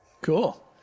Cool